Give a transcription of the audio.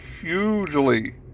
hugely